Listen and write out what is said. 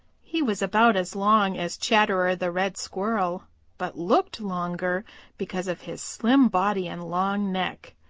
he was about as long as chatterer the red squirrel but looked longer because of his slim body and long neck.